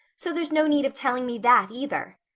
so there's no need of telling me that either.